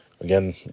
Again